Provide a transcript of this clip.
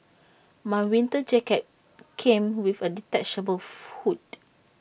my winter jacket came with A detachable hood